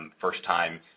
First-time